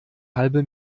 halbe